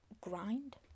grind